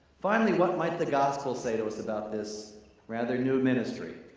finally, what might the gospel say to us about this rather new ministry?